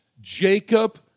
Jacob